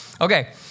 okay